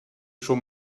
schon